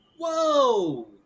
Whoa